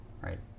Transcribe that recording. right